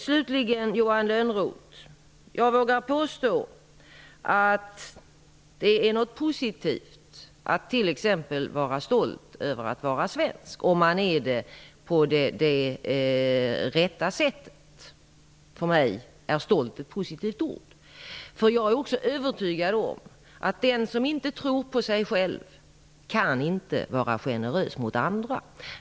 Slutligen till Johan Lönnroth: Jag vågar påstå att det är något positivt att t.ex. vara stolt över att vara svensk, om man är det på det rätta sättet. För mig är "stolt" ett positivt ord. Jag är övertygad om att den som inte tror på sig själv inte kan vara generös mot andra.